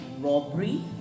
robbery